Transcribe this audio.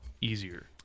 easier